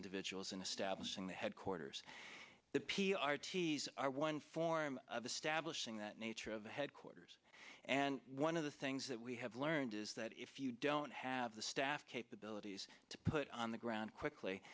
individuals and establishing the headquarters the p r t's are one form of establishing that nature of the headquarters and one of the things that we have learned is that if you don't have the staff capabilities to put on the ground quickly